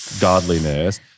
godliness